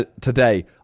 today